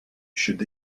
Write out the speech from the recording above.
should